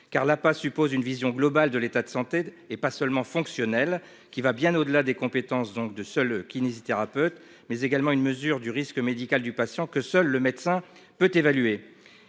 car la pas suppose une vision globale de l'état de santé et pas seulement fonctionnelle, qui va bien au-delà des compétences donc de se le kinésithérapeute mais également une mesure du risque médical du patient que seul le médecin peut évaluer.